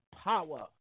Power